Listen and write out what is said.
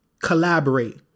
collaborate